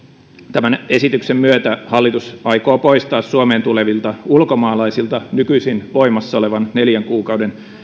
tämän esityksen myötä hallitus aikoo poistaa suomeen tulevilta ulkomaalaisilta nykyisin voimassa olevan neljän kuukauden